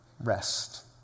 Rest